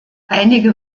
einige